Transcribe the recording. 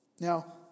Now